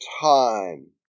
time